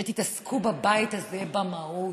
שתתעסקו בבית הזה במהות.